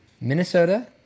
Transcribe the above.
Minnesota